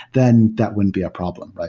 then that wouldn't be a problem. but